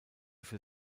für